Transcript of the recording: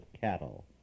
cattle